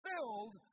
Filled